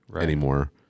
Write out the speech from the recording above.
anymore